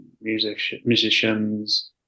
musicians